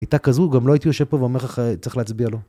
הייתה כזו, גם לא הייתי יושב פה ואומר לך: צריך להצביע לו.